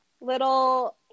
little